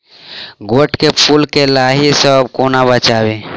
गोट केँ फुल केँ लाही सऽ कोना बचाबी?